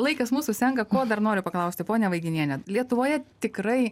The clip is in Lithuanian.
laikas mūsų senka ko dar noriu paklausti ponia vaiginiene lietuvoje tikrai